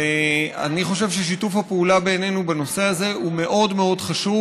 ואני חושב ששיתוף הפעולה בינינו בנושא הזה הוא מאוד מאוד חשוב,